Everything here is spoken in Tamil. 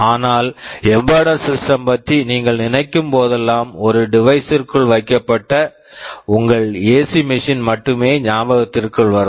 ஆனால் எம்பெடெட் சிஸ்டம்ஸ் embedded systems பற்றி நீங்கள் நினைக்கும் போதெல்லாம் ஒரு டிவைஸ் device ற்குள் வைக்கப்பட்ட உங்கள் ஏசி மெஷின் AC machine மட்டுமே ஞாபகத்திற்கு வரும்